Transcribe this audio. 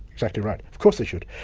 exactly right, of course they should.